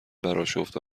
براشفت